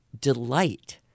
delight